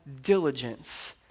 diligence